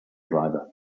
driver